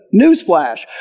newsflash